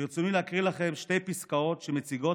ברצוני להקריא לכם שתי פסקאות שמציגות